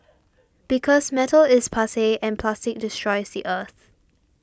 because metal is passe and plastic destroys the earth